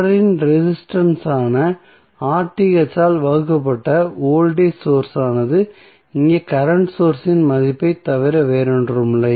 தொடரின் ரெசிஸ்டன்ஸ் ஆன ஆல் வகுக்கப்பட்ட வோல்டேஜ் சோர்ஸ் ஆனது இங்கே கரண்ட் சோர்ஸ் இன் மதிப்பைத் தவிர வேறொன்றுமில்லை